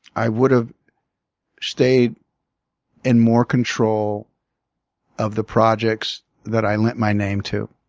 i would have stayed in more control of the projects that i lent my name to.